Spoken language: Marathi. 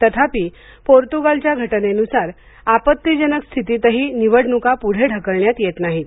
तथापि पोर्तुगालच्या घटनेनुसार आपत्तीजनक स्थितीतही निवडणुका पुढे ढकलण्यात येत नाहीत